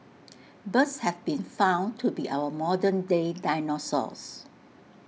birds have been found to be our modern day dinosaurs